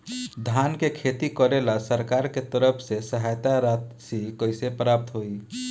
धान के खेती करेला सरकार के तरफ से सहायता राशि कइसे प्राप्त होइ?